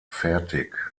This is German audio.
fertig